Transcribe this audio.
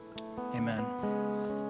Amen